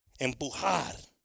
Empujar